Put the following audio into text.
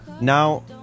now